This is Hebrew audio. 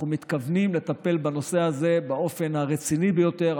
אנחנו מתכוונים לטפל בנושא הזה באופן הרציני ביותר,